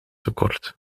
tekort